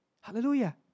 Hallelujah